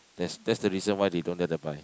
that's that's the reason why they don't let them buy